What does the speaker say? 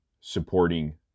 supporting